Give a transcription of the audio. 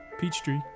Peachtree